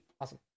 Awesome